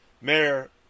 Mayor